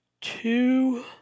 two